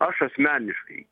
aš asmeniškai